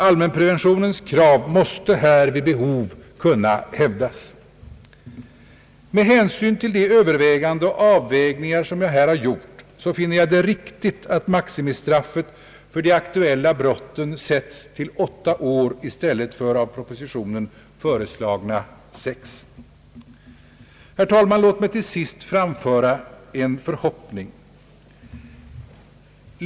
Allmänpreventionens krav måste här vid behov kunna hävdas. Med hänsyn till de överväganden och avvägningar som jag här gjort finner jag det riktigt att maximistraffet för de aktuella brotten sätts till åtta år i stället för av propositionen föreslagna sex. Herr talman! Låt mig till sist framföra en förhoppning.